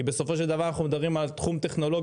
כי בסופו של דבר אנחנו מדברים על תחום טכנולוגי